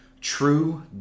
true